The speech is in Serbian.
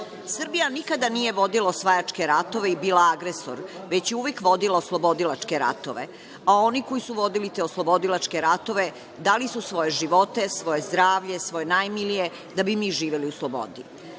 dolaze. Srbija nikada nije vodila osvajačke ratove i bila agresor, već je uvek vodila oslobodilačke ratove. Oni koji su vodili te oslobodilačke ratove, dali su svoje živote, svoje zdravlje, svoje najmilije, da bismo mi živeli u slobodi.